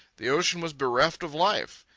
the ocean was bereft of life.